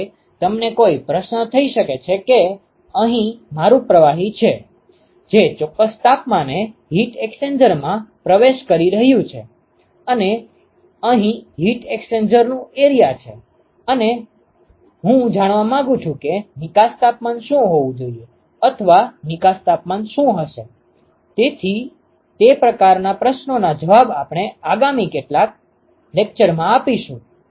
જેમ કે તમને કોઈ પ્રશ્ન થઈ શકે છે કે અહીં મારું પ્રવાહી છે જે ચોક્કસ તાપમાનએ હીટ એક્સ્ચેન્જરમાં પ્રવેશ પ્રારંભિક કરી રહ્યું છે અને અહીં હીટ એક્સ્ચેન્જરનું એરીયા છે અને હું જાણવા માંગુ છું કે નિકાસતાપમાન શું હોવું જોઈએ અથવા નિકાસતાપમાન શું હશે તેથી તે પ્રકારના પ્રશ્નોના જવાબ આપણે આગામી કેટલાક લેક્ચરમાં આપીશું